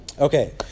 Okay